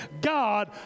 God